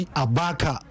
abaka